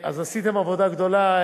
אז עשיתם עבודה גדולה,